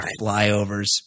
flyovers